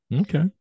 Okay